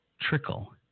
trickle